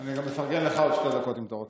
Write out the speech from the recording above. אני אפרגן גם לך עוד שתי דקות, אם אתה רוצה.